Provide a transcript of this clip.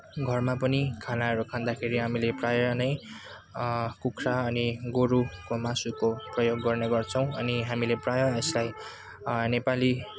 घरमा पनि खानाहरू खाँदाखेरि हामीले प्रायः नै कुखुरा अनि गोरुको मासुको प्रयोग गर्ने गर्छौँ अनि हामीले प्रायः यसलाई नेपाली